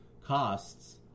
costs